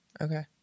Okay